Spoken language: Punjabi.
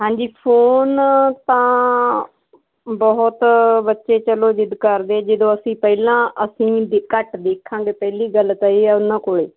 ਹਾਂਜੀ ਫੋਨ ਤਾਂ ਬਹੁਤ ਬੱਚੇ ਚਲੋ ਜਿੱਦ ਕਰਦੇ ਜਦੋਂ ਅਸੀਂ ਪਹਿਲਾਂ ਅਸੀਂ ਘੱਟ ਦੇਖਾਂਗੇ ਪਹਿਲੀ ਗੱਲ ਤਾਂ ਇਹ ਆ ਉਹਨਾਂ ਕੋਲੇ